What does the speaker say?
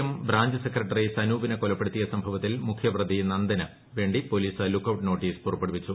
M branch secretary സനൂപിനെ കൊലപ്പെടുത്തിയ സംഭവത്തിൽ മുഖ്യ പ്രതി നന്ദന് വേണ്ടി പോലീസ് ലുക്കൌട്ട് നോട്ടീസ് പുറപ്പെടുവ്ടിച്ചു